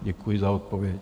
Děkuji za odpověď.